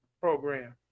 program